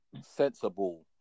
sensible